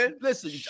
Listen